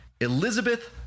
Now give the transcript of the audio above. Elizabeth